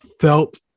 felt